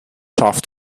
scharf